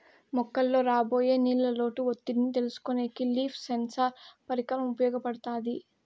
మొక్కలలో రాబోయే నీళ్ళ లోటు ఒత్తిడిని తెలుసుకొనేకి లీఫ్ సెన్సార్ పరికరం ఉపయోగపడుతాది